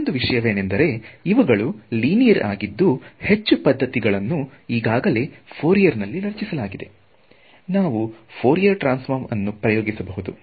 ಮತ್ತೊಂದು ವಿಷಯವೇನೆಂದರೆ ಇವುಗಳು ಲೀನಿಯರ್ ಆಗಿದ್ದು ಹೆಚ್ಚು ಪದ್ಧತಿಗಳನ್ನು ಈಗಾಗಲೇ ಫ್ಹೊರಿಯರ್ ನಲ್ಲಿ ರಚಿಸಲಾಗಿದೆ ನಾವು ಫ್ಹೊರಿಯರ್ ಟ್ರಾನ್ಸ್ಫೋರ್ಮ್ ಅನ್ನು ಉಪಯೋಗಿಸಬಹುದು